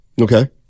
Okay